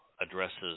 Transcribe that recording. addresses